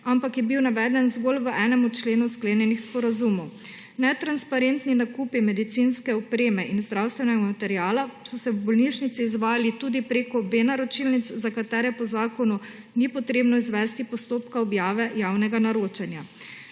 ampak je bil naveden zgolj v enemu členu sklenjenih sporazumov. Netransparentni nakupi medicinske opreme in zdravstvenega materiala so se v bolnišnici izvajali tudi preko B naročilnic, za katere po zakonu ni potrebno izvesti postopka objave javnega naročanja.